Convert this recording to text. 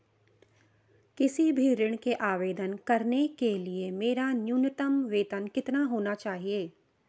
किसी भी ऋण के आवेदन करने के लिए मेरा न्यूनतम वेतन कितना होना चाहिए?